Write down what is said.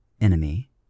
enemy